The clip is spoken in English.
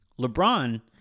LeBron